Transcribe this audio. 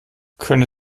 könnte